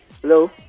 Hello